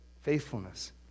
faithfulness